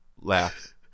laugh